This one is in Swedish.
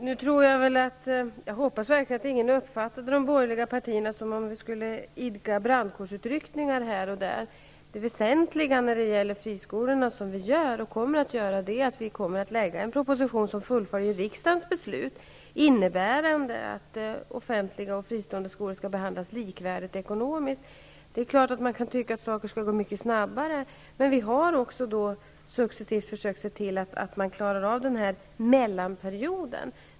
Fru talman! Jag hoppas verkligen att inte någon uppfattade de borgerliga partierna som om vi skulle idka brandkårsutryckningar här och där. Det väsentliga när det gäller de fristående skolorna är att vi skall lägga fram en proposition, där vi har för avsikt att följa riksdagens beslut. Det innebär att offentliga och fristående skolor skall behandlas likvärdigt ekonomiskt. Det är klart att man kan tycka att saker skall gå mycket snabbare. Men vi har i regeringen successivt försökt att se till att det går att klara av mellanperioden.